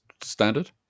standard